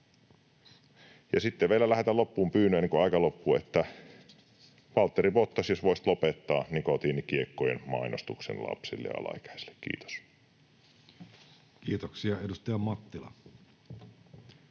sitten vielä lähetän loppuun pyynnön, ennen kuin aika loppuu, että Valtteri Bottas, jos voisit lopettaa nikotiinikiekkojen mainostuksen lapsille ja alaikäiselle. — Kiitos. [Speech 99]